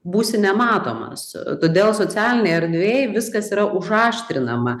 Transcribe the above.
būsi nematomas todėl socialinėj erdvėj viskas yra užaštrinama